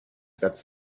that’s